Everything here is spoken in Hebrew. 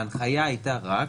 ההנחיה הייתה רק